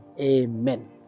Amen